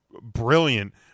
brilliant